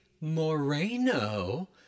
moreno